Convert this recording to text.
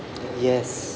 yes